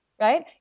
right